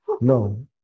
No